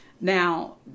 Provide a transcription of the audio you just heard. Now